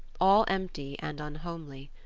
all empty and unhomely.